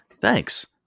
thanks